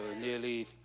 nearly